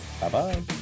Bye-bye